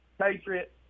patriot